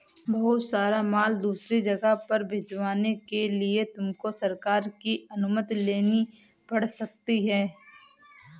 बहुत सारा माल दूसरी जगह पर भिजवाने के लिए तुमको सरकार की अनुमति लेनी पड़ सकती है